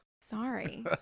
Sorry